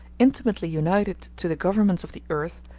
intimately united to the governments of the earth,